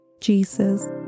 Jesus